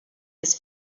his